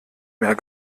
mehr